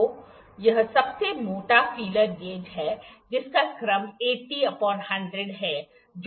तो यह सबसे मोटा फीलर गेज है जिसका क्रम है जो 08 है